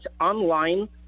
online